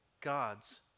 God's